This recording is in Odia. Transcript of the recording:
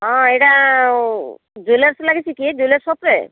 ହଁ ଏଇଟା ଜୁଏଲର୍ସ୍ ଲାଗିଛି କି ଜୁଏଲର୍ସ୍ ସପ୍ରେ